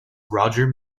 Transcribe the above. roger